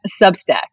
Substack